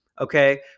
okay